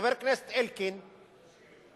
שחבר הכנסת אלקין ירצה,